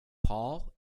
paul